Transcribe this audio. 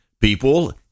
people